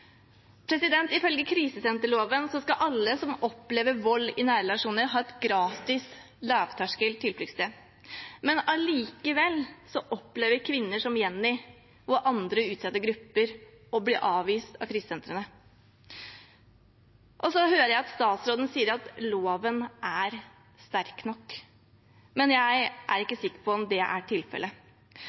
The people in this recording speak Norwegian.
Ifølge krisesenterloven skal alle som opplever vold i nære relasjoner, ha et gratis lavterskel tilfluktssted. Allikevel opplever kvinner som Jenny og andre utsatte grupper å bli avvist av krisesentrene. Så hører jeg at statsråden sier at loven er sterk nok. Jeg er ikke sikker på om det er tilfellet.